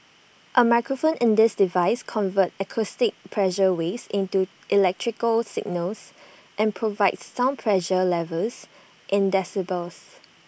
A microphone in the device converts acoustic pressure waves into electrical signals and provides sound pressure levels in decibels